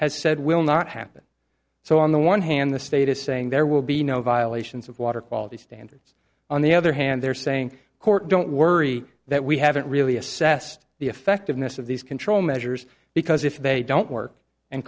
has said will not happen so on the one hand the state is saying there will be no violations of water quality standards on the other hand they're saying court don't worry that we haven't really assessed the effectiveness of these control measures because if they don't work and